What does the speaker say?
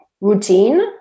routine